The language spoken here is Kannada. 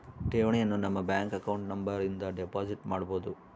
ಠೇವಣಿಯನು ನಮ್ಮ ಬ್ಯಾಂಕ್ ಅಕಾಂಟ್ ನಂಬರ್ ಇಂದ ಡೆಪೋಸಿಟ್ ಮಾಡ್ಬೊದು